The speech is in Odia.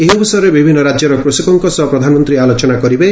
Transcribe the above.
ଏହି ଅବସରରେ ବିଭିନ୍ନ ରାଜ୍ୟର କୃଷକଙ୍କ ସହ ପ୍ରଧାନମନ୍ତ୍ରୀ ଆଲୋଚନା କରିବେ